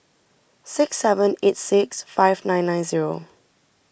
six seven eight six five nine nine zero